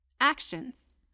Actions